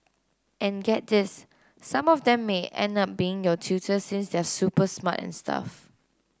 and get this some of them may end up being your tutor since they're super smart and stuff